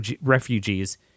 refugees